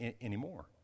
anymore